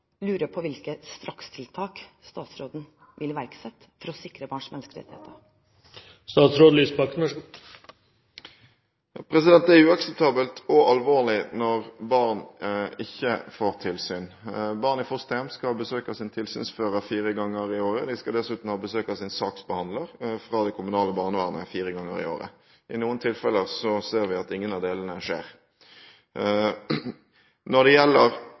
lurer på hvilke strakstiltak statsråden vil iverksette for å sikre barns menneskerettigheter. Det er uakseptabelt og alvorlig når barn ikke får tilsyn. Barn i fosterhjem skal ha besøk av sin tilsynsfører fire ganger i året, og de skal dessuten ha besøk av sin saksbehandler fra det kommunale barnevernet fire ganger i året. I noen tilfeller ser vi at ingen av delene skjer. Når det gjelder